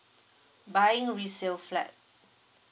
buying resale flat